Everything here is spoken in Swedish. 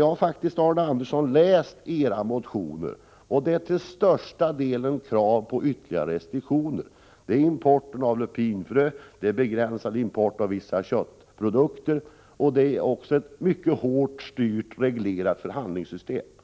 Jag har läst era motioner, Arne Andersson, och de innehåller till största delen krav på ytterligare restriktioner. Dessa gäller importen av lupinfrö, begränsning av importen av vissa köttprodukter och en mycket hård styrning och reglering av förhandlingssystemet.